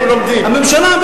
הממשלה,